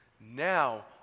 now